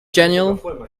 genial